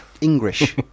English